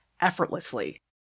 effortlessly